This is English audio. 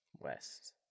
west